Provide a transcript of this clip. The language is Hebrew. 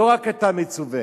לא רק אתה מצווה.